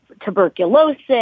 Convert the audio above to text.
tuberculosis